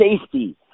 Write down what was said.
safety